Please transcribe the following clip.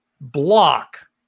block